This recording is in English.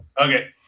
Okay